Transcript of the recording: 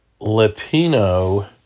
Latino